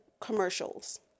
commercials